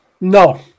No